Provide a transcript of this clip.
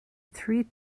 three